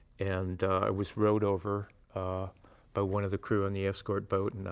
and i was rowed over by one of the crew on the escort boat. and